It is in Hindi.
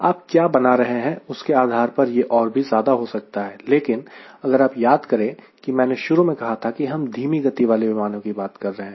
आप क्या बना रहे हैं उसके आधार पर यह और ज्यादा भी हो सकता है लेकिन अगर आप याद करें कि मैंने शुरू में कहा था कि हम धीमी गति वाले विमानों की बात कर रहे हैं